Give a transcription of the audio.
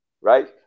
right